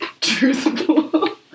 truthful